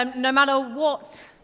um no matter what